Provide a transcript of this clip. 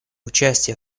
участие